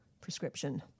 prescription